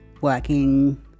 working